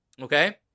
Okay